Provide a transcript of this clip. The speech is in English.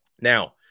now